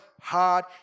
hard